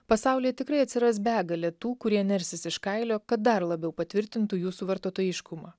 pasaulyje tikrai atsiras begalė tų kurie nersis iš kailio kad dar labiau patvirtintų jūsų vartotojiškumą